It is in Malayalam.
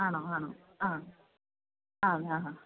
ആണോ ആണോ ആ ആ ആ ഹാ